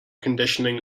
conditioning